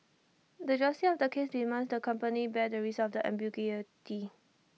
the justice of the case demands that the company bear the risk of this ambiguity